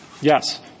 Yes